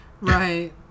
right